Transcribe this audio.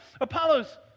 apollos